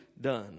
done